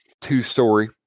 two-story